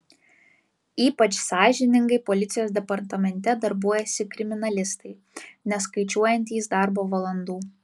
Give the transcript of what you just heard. ypač sąžiningai policijos departamente darbuojasi kriminalistai neskaičiuojantys darbo valandų